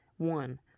one